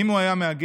אם הוא היה מהגר,